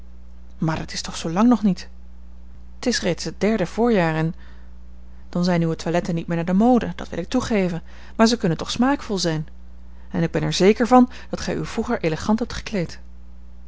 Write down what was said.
maar dat is toch zoo lang nog niet t is reeds het derde voorjaar en dan zijn uwe toiletten niet meer naar de mode dat wil ik toegeven maar zij kunnen toch smaakvol zijn en ik ben er zeker van dat gij u vroeger elegant hebt gekleed